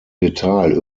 detail